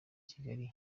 kigali